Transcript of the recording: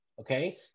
okay